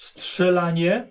Strzelanie